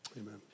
Amen